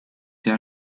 see